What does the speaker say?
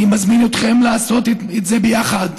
אני מזמין אתכם לעשות את זה ביחד,